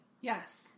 Yes